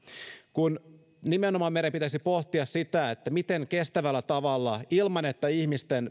kun nimenomaan meidän pitäisi pohtia miten kestävällä tavalla ilman että ihmisten